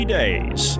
days